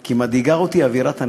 כי מדאיגה אותי אווירת הנכאים.